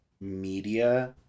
media